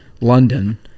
London